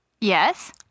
Yes